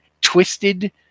twisted